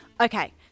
Okay